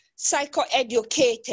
psychoeducated